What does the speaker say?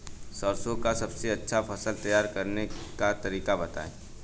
सरसों का सबसे अच्छा फसल तैयार करने का तरीका बताई